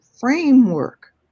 framework